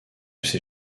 ces